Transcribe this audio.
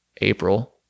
April